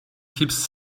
keeps